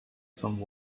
from